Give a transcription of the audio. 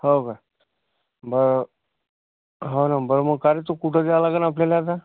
हो का बरं हो ना बरं मग का रे ते कुठे द्यायला लागेन आपल्याला आता